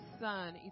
Son